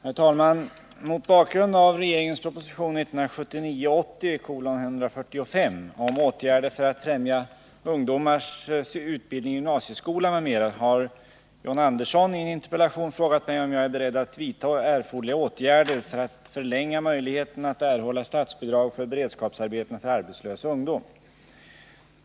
Herr talman! Mot bakgrund av regeringens proposition 1979/80:145 om åtgärder för att främja ungdomars utbildning i gymnasieskolan m.m. har John Andersson i en interpellation frågat mig om jag är beredd vidta erforderliga åtgärder för att förlänga möjligheten att erhålla statsbidrag för beredskapsarbeten för arbetslös ungdom.